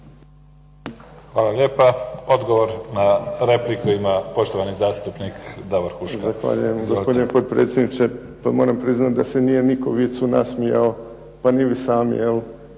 Hvala lijepa. Odgovor na repliku ima poštovani zastupnik Davor Huška. **Huška, Davor (HDZ)** Zahvaljujem potpredsjedniče. Pa moram priznati da se nije nitko vicu nasmijao pa ni vi sami,